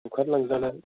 बुखार लांजानाय